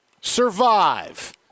survive